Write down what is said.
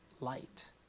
light